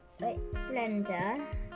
blender